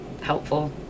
helpful